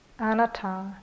anatta